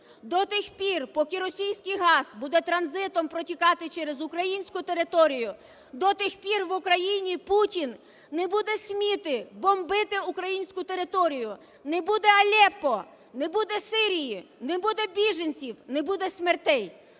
До тих пір, поки російський газ буде транзитом протікати через українську територію, до тих пір в Україні Путін не буде сміти бомбити українську територію, не буде Алеппо, не буде Сирії, не буде біженців, не буде смертей.